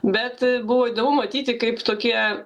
bet buvo įdomu matyti kaip tokie